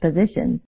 positions